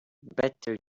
better